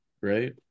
right